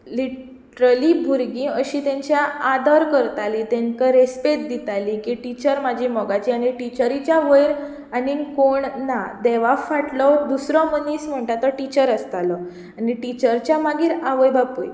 लिटरिलीं अशीं भुरगीं तेंच्या आदर करतालीं तेंका रेस्पेद दितालीं की टिचर म्हजी मोगाची आनी टिचरीच्या वयर आनी कोण ना देवा फाटलो दुसरो मनीस म्हणटा तो टिचर आसतालो आनी टिचरच्या मागीर आवय बापूय